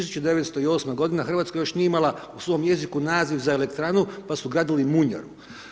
1908. godine Hrvatska još nije imala u svom jeziku naziv za elektranu pa su gradili „munjaru“